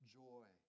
joy